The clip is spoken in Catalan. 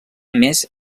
més